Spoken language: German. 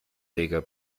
reger